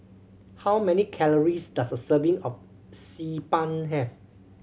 how many calories does a serving of Xi Ban have